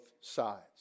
sides